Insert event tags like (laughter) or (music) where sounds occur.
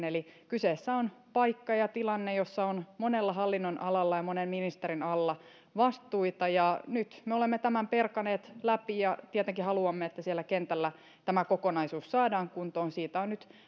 (unintelligible) eli kyseessä on paikka ja tilanne jossa on monella hallinnonalalla ja monen ministerin alla vastuita nyt me olemme tämän peranneet läpi ja tietenkin haluamme että siellä kentällä tämä kokonaisuus saadaan kuntoon nyt on